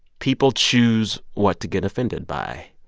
people choose what to get offended by.